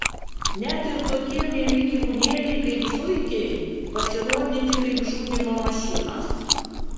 net ir tokie mieli gyvūnėliai kaip zuikiai pasirodyti kaip žudymo mašinos